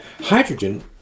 hydrogen